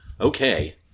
Okay